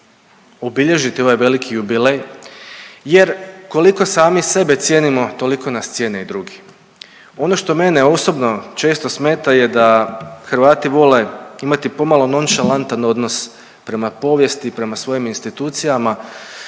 obilježiti ovaj veliki jubilej jer koliko sami sebe cijenimo toliko nas cijene i drugi. Ono što mene osobno često smeta je da Hrvati vole imati pomalo nonšalantan odnos prema povijesti, prema svojim institucijama,